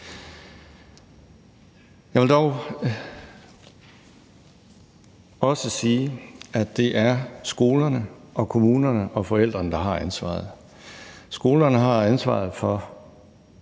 Jeg vil dog også sige, at det er skolerne, kommunerne og forældrene, der har ansvaret. Skolerne har ansvaret for